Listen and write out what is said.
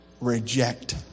reject